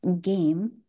game